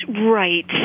Right